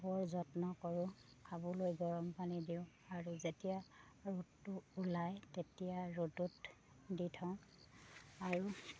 বৰ যত্ন কৰোঁ খাবলৈ গৰম পানী দিওঁ আৰু যেতিয়া ৰ'দটো ওলায় তেতিয়া ৰ'দত দি থওঁ আৰু